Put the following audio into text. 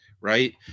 Right